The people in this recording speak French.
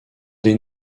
des